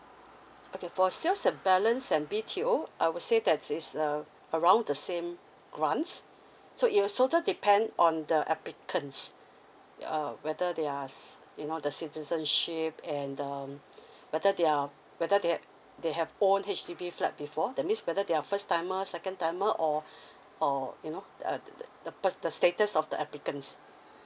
okay for sales and balance and B_T_O I would say that's is uh around the same grants so it also depend on the applicants uh whether they are you know the citizenship and um whether they are whether they they have own H_D_B flat before that means whether they're first timer second timer or or you know uh the pers~ the status of the applicants